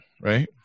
right